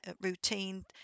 routine